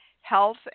health